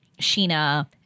Sheena